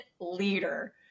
leader